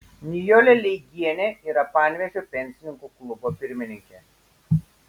nijolė leigienė yra panevėžio pensininkų klubo pirmininkė